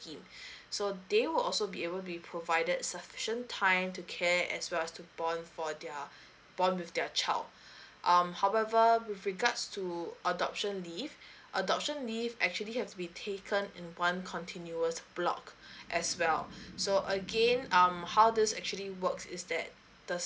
scheme so they will also be able be provided sufficient time to care as well as to bond for their bond with their child um however with regards to adoption leave adoption leave actually have to be taken in one continuous block as well so again um how this actually works is that the